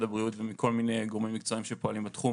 הבריאות ומכל מיני גורמים מקצועיים שפועלים בתחום